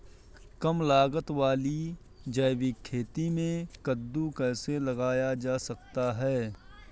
कम लागत वाली जैविक खेती में कद्दू कैसे लगाया जा सकता है?